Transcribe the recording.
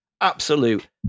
absolute